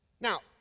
Now